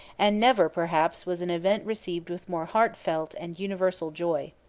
and never perhaps was an event received with more heartfelt and universal joy.